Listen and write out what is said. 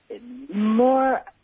more